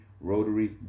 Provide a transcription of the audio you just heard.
rotary